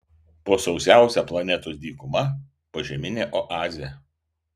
po sausiausia planetos dykuma požeminė oazė